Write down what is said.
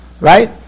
Right